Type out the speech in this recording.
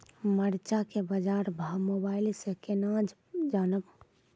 मरचा के बाजार भाव मोबाइल से कैनाज जान ब?